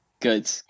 Good